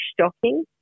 stocking